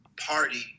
party